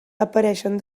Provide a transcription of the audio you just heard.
apareixen